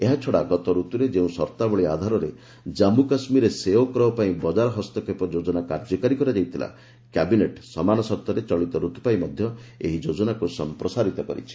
ଏହାଛଡା ଗତରତୁରେ ଯେଉଁ ସର୍ତାବଳୀ ଆଧାରରେ ଜନ୍ମୁ କାଶ୍ମୀରରେ ସେଓ କ୍ରୟ ପାଇଁ ବଜାର ହସ୍ତକ୍ଷେପ ଯୋଜନା କାର୍ଯ୍ୟକାରୀ କରାଯାଇଥିଲା କ୍ୟାବିନେଟ୍ ସମାନ ସର୍ତରେ ଚଳିତରତ୍ତ୍ ପାଇଁ ମଧ୍ୟ ଏହି ଯୋଜନାକୁ ସମ୍ପ୍ରସାରିତ କରିଛି